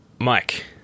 Mike